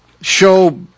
show